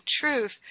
truth